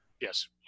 Yes